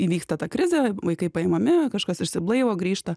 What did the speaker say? įvyksta ta krizė vaikai paimami kažkas išsiblaivo grįžta